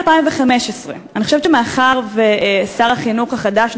2015. אני חושבת שמאחר ששר החינוך החדש,